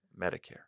Medicare